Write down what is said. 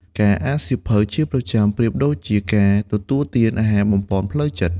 ការអានសៀវភៅជាប្រចាំប្រៀបដូចជាការ ទទួលទានអាហារបំប៉នផ្លូវចិត្ត។